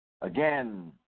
again